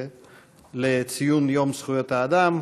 לציון יום זכויות האדם,